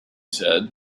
said